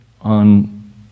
on